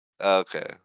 Okay